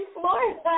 Florida